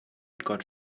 got